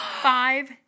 Five